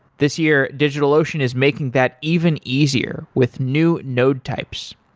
this year, digitalocean is making that even easier with new node types.